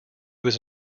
was